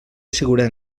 seguridad